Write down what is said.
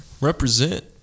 represent